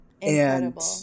Incredible